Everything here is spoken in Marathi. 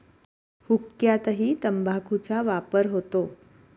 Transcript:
हुक्क्यातही तंबाखूचा वापर होतो